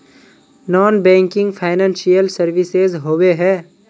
Non banking financial services होबे है?